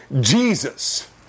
Jesus